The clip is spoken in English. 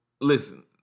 Listen